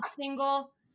single